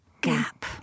gap